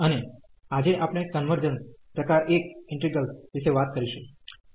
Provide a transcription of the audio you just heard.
અને આજે આપણે કન્વર્જન્સ પ્રકાર 1 ઇન્ટિગ્રેલ્સ વિશે વાત કરીશું